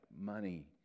money